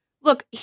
Look